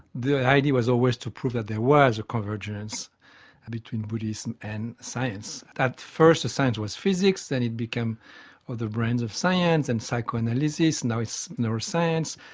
the idea was always to prove that there was a convergence between buddhism and science. at first the science was physics, then it became other brands of science and psychoanalysis, now it's neuroscience,